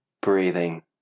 Breathing